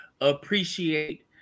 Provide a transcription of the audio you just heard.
appreciate